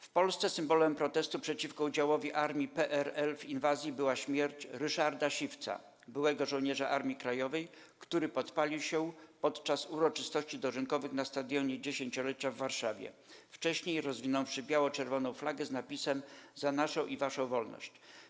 W Polsce symbolem protestu przeciwko udziałowi armii PRL w inwazji była śmierć Ryszarda Siwca, byłego żołnierza Armii Krajowej, który podpalił się podczas uroczystości dożynkowych na Stadionie Dziesięciolecia w Warszawie, wcześniej rozwinąwszy biało-czerwoną flagę z napisem: 'za naszą i waszą wolność'